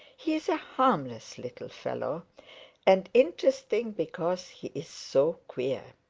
he is a harmless little fellow and interesting because he is so queer.